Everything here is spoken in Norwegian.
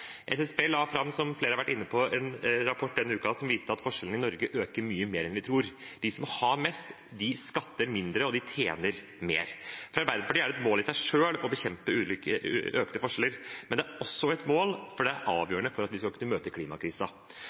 Som flere har vært inne på, la SSB nylig fram en rapport som viser at forskjellene i Norge øker mye mer enn vi tror. De som har mest, skatter mindre, og de tjener mer. For Arbeiderpartiet er det et mål i seg selv å bekjempe økte forskjeller, men det er også et mål fordi det er avgjørende for at vi skal kunne møte